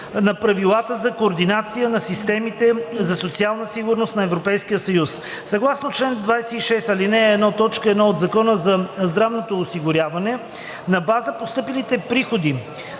на правилата за координация на системите за социална сигурност на ЕС. Съгласно чл. 26, ал. 1, т. 1 от Закона за здравното осигуряване (ЗЗО) на база постъпилите приходи